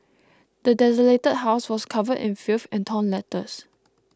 the desolated house was covered in filth and torn letters